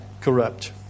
corrupt